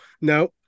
No